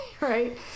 right